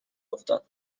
افتاد